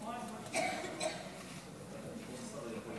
חבריי חברי